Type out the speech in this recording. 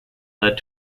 led